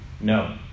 No